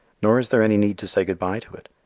nor is there any need to say goodby to it.